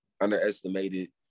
underestimated